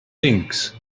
things